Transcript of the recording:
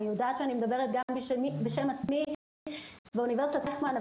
אני יודעת שאני מדברת בשם עצמי ואוניברסיטת רייכמן,